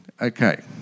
Okay